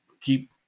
keep